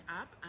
up